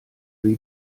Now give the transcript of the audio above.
rhy